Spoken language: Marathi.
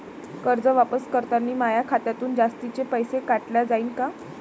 कर्ज वापस करतांनी माया खात्यातून जास्तीचे पैसे काटल्या जाईन का?